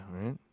right